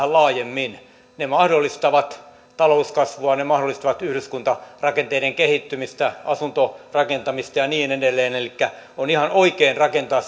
vähän laajemmin ne mahdollistavat talouskasvua ne mahdollistavat yhdyskuntarakenteiden kehittymistä asuntorakentamista ja niin edelleen elikkä on ihan oikein rakentaa